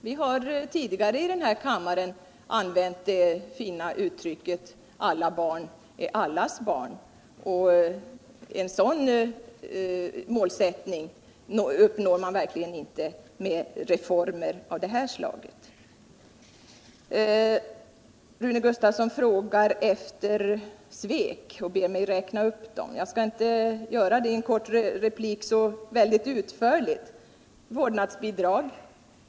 Vi har tidigare i kammaren använt det fina uttrycket "alla barn är allas barn”. och en sådan mälsättning förverkligar man sannerligen inte med åtgärder av det nu aktuella slaget. Rune Gustavsson frågar vilka svek som förekommit och ber mig räkna upp dem. Jag kan inte göra det så utförligt i en kort replik. Låt mig först bara peka på frågan om vårdnadsbidrag.